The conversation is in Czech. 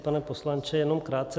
Pane poslanče, jenom krátce.